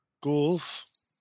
Ghouls